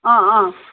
অ অ